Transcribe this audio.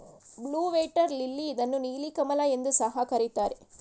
blue water lily ಇದನ್ನು ನೀಲಿ ಕಮಲ ಎಂದು ಸಹ ಕರಿತಾರೆ